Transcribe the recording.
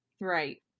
right